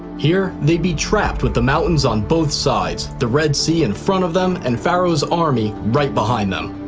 here, they'd be trapped with the mountains on both sides, the red sea in front of them, and pharaoh's army right behind them.